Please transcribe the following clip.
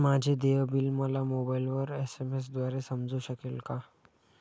माझे देय बिल मला मोबाइलवर एस.एम.एस द्वारे समजू शकेल का?